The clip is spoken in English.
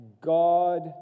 God